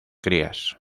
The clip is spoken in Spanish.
crías